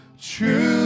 true